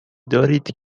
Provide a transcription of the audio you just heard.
دارید